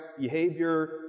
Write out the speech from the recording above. behavior